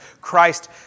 Christ